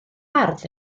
ardd